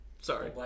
Sorry